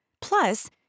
Plus